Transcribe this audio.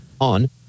on